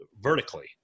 vertically